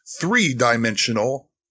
three-dimensional